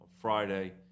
Friday